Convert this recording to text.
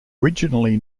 originally